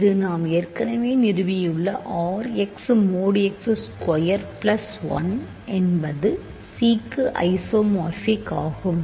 இது நாம் ஏற்கனவே நிறுவியுள்ள R x mod x square plus 1 என்பது C க்கு ஐசோமார்பிக் ஆகும்